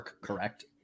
correct